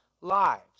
lives